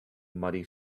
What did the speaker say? muddy